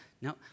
No